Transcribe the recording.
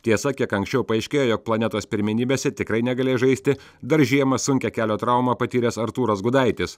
tiesa kiek anksčiau paaiškėjo jog planetos pirmenybėse tikrai negalės žaisti dar žiemą sunkią kelio traumą patyręs artūras gudaitis